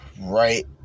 right